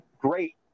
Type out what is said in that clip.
great